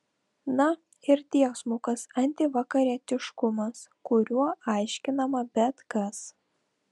na ir tiesmukas antivakarietiškumas kuriuo aiškinama bet kas